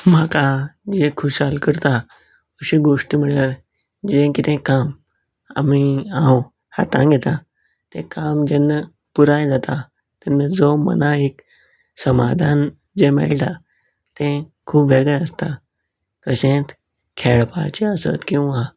म्हाका जे खुशाल करता अश्यो गोश्टी म्हळ्यार जे कितें काम आमी हांव हातांत घेतां तें काम जेन्ना पुराय जाता तेन्ना जो मनाक एक समाधान जे मेळटा तें खूब वेगळें आसता तशेंच खेळपाचें आसत किंवां